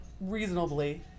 reasonably